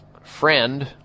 Friend